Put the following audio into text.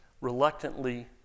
reluctantly